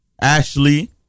Ashley